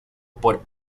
por